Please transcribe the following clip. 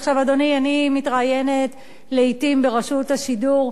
אדוני, אני מתראיינת לעתים ברשות השידור,